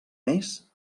més